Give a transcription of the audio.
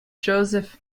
joseph